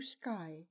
sky